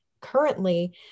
currently